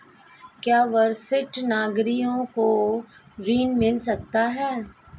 क्या वरिष्ठ नागरिकों को ऋण मिल सकता है?